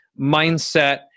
mindset